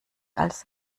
als